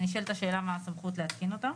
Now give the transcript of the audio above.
נשאלת השאלה מה הסמכות להתקין אותה.